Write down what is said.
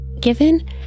given